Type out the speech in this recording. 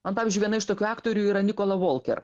man pavyzdžiui viena iš tokių aktorių yra nikola volker